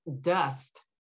Dust